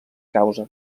causa